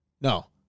No